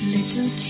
Little